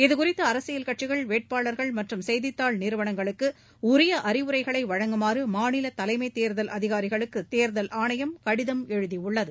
இதுகுறித்து அரசியல் கட்சிகள் வேட்பாளர்கள் மற்றும் செய்தித்தாள் நிறுவனங்களுக்கு உரிய அறிவுரைகளை வழங்குமாறு மாநில தலைமை தேர்தல் அதிகாரிகளுக்கு தேர்தல் ஆணையம் கடிதம் எழுதியுள்ளது